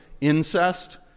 incest